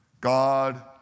God